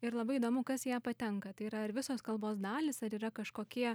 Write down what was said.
ir labai įdomu kas į ją patenka tai yra ar visos kalbos dalys ar yra kažkokie